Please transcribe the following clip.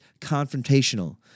confrontational